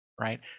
right